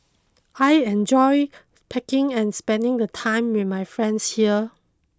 I enjoy packing and spending the time with my friends here